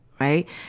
right